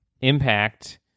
impact